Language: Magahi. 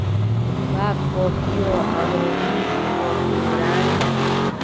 लुवाक कॉफियो अग्रणी कॉफी ब्रांड छिके